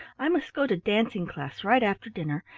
i must go to dancing-class right after dinner,